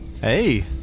Hey